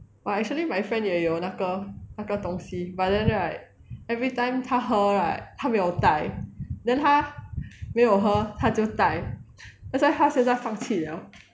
well actually my friend 也有那个那个东西 but then right everytime 他喝 right 他没有带 then 他没有喝她就带 that's why 现在放弃 liao